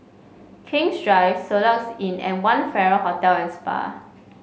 King's Drive Soluxe Inn and One Farrer Hotel and Spa